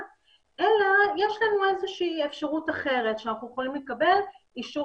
אלא יש לנו איזושהי אפשרות אחרת לפיה אנחנו יכולים לקבל אישור